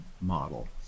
model